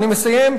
אני מסיים,